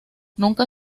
nunca